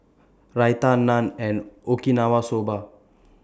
Raita Naan and Okinawa Soba